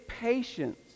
patience